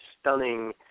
stunning